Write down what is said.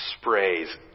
sprays